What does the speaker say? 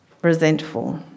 resentful